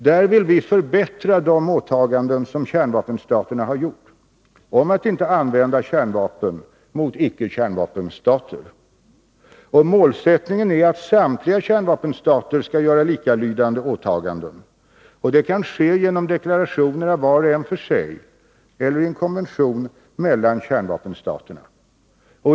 Vi vill ha förbättringar i fråga om de åtaganden som kärnvapenstaterna har gjort, att inte använda kärnvapen mot icke-kärnvapenstater. Målsättningen är att samtliga kärnvapenstater skall göra likalydande åtaganden. Det kan ske genom deklarationer av var och en för sig eller i en konvention mellan 35 kärnvapenstaterna.